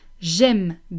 J'aime